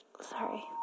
sorry